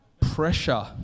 pressure